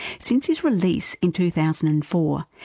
since his release in two thousand and four,